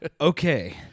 Okay